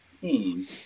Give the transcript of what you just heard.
team